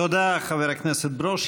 תודה, חבר הכנסת ברושי.